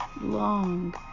long